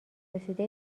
رسیده